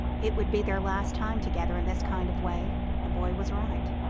it would be their last time together in this kind of way the boy was right.